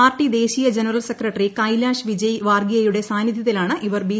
party ദേശീയ general secretary Kailash Vijay വാർഗിയയുടെ സാന്നിധ്യത്തിലാണ് ഇവർ ബി